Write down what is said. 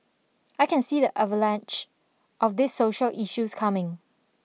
I can see the avalanche of this social issues coming